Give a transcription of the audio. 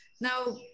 Now